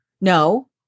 no